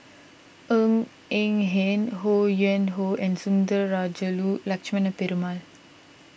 Ng Eng Hen Ho Yuen Hoe and Sundarajulu Lakshmana Perumal